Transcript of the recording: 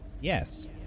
Yes